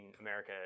America